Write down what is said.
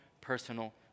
personal